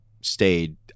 stayed